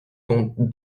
compte